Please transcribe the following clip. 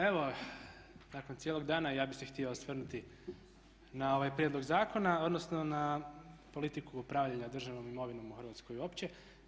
Evo, nakon cijelog dana i ja bih se htio osvrnuti na ovaj prijedlog zakona, odnosno na politiku upravljanja državnom imovinom u Hrvatskoj uopće.